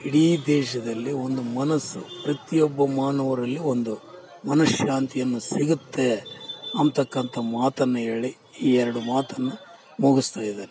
ಇಡೀ ದೇಶದಲ್ಲಿ ಒಂದು ಮನಸ್ಸು ಪ್ರತಿಯೊಬ್ಬ ಮಾನವರಲ್ಲಿ ಒಂದು ಮನಸ್ಸು ಶಾಂತಿಯು ಸಿಗುತ್ತೆ ಅಂತಕ್ಕಂಥ ಮಾತನ್ನು ಹೇಳಿ ಈ ಎರಡು ಮಾತನ್ನು ಮುಗಿಸ್ತಾ ಇದ್ದೇನೆ